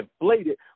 inflated